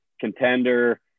contender